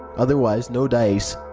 otherwise, no dice.